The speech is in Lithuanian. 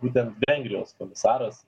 būtent vengrijos komisaras